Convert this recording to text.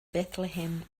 bethlehem